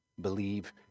believe